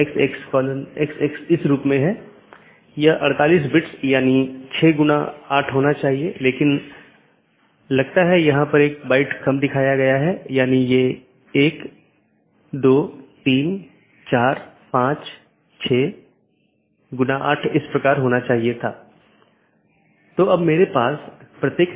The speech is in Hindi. जब भी सहकर्मियों के बीच किसी विशेष समय अवधि के भीतर मेसेज प्राप्त नहीं होता है तो यह सोचता है कि सहकर्मी BGP डिवाइस जवाब नहीं दे रहा है और यह एक त्रुटि सूचना है या एक त्रुटि वाली स्थिति उत्पन्न होती है और यह सूचना सबको भेजी जाती है